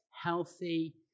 healthy